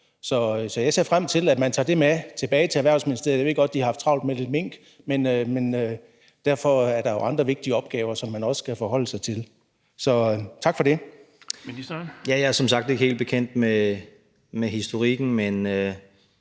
Så jeg ser frem til, at man tager det med tilbage til Erhvervsministeriet. Jeg ved godt, de har haft travlt med lidt mink, men der er jo også andre vigtige opgaver, som man skal forholde sig til. Så tak for det. Kl. 17:27 Den fg. formand (Erling Bonnesen):